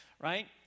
right